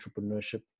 entrepreneurship